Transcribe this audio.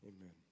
Amen